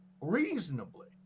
reasonably